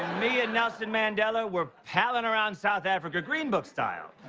me and nelson mandela were palling around south africa green book style.